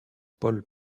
paul